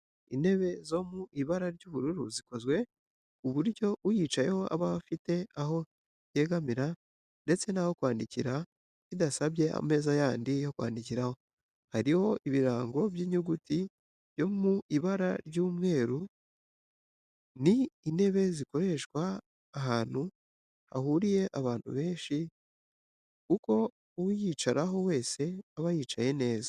Intebe ziri mu ibara ry'ubururu zikozwe ku buryo uyicayeho aba afite aho yegamira ndetse naho kwandikira bidasabye ameza yandi yo kwandikiraho, hariho ibirango by'inyuguti byo mu ibara ry'umweru. Ni intebe zakoreshwa ahantu hahuriye abantu benshi kuko uwayicaraho wese yaba yicaye neza.